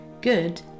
Good